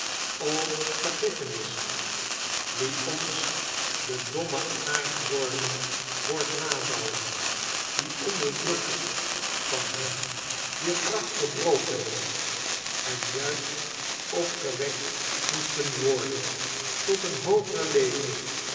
i wie ons de domme aardwormen hoort nabauwen die onderdrukkers ya n hen wier kracht gebroken is en jwist opgewekt moesten worden tot een hooger leven